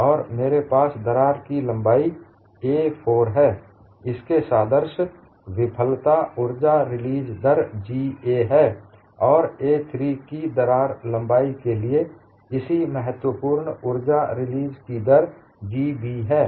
और मेरे पास दरार की लंबाई a4 है इसके सादृशय विफलता ऊर्जा रिलीज दर G A है और a3 की दरार लंबाई के लिए इसी महत्वपूर्ण ऊर्जा रिलीज की दर G Bहै